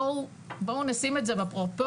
בואו נשים את זה בפרופורציות,